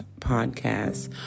podcast